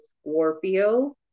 Scorpio